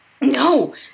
No